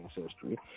ancestry